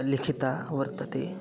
लिखिता वर्तते